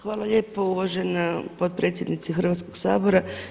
Hvala lijepo uvažena potpredsjednice Hrvatskoga sabora.